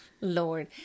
Lord